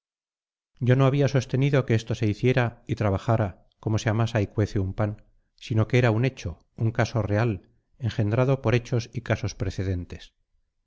yo no había sostenido que esto se hiciera y trabajara como se amasa y cuece un pan sino que era un hecho un caso real engendrado por hechos y casos precedentes